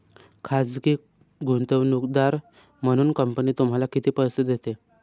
खाजगी गुंतवणूकदार म्हणून कंपनी तुम्हाला किती पैसे देते?